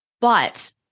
but-